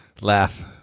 laugh